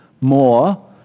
more